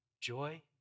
joy